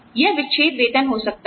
यह विच्छेद वेतन हो सकता है